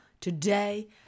Today